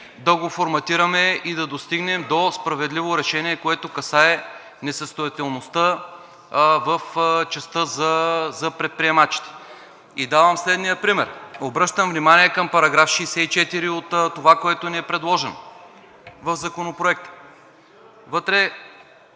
да го форматираме и да достигнем до справедливо решение, което касае несъстоятелността в частта за предприемачите. Давам следния пример: oбръщам внимание на § 64 от това, което ни е предложено в Законопроекта. Вътре